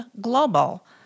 Global